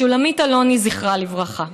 שולמית אלוני, זכרה לברכה,